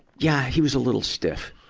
yeah, he was a little stiff.